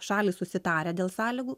šalys susitarę dėl sąlygų